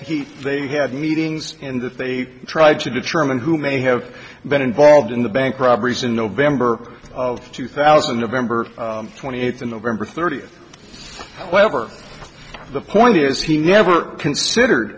he they had meetings and that they tried to determine who may have been involved in the bank robberies in november of two thousand of member twenty eight the november thirtieth whatever the point is he never considered